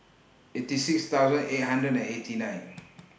eighty six thousand eight hundred and eighty nine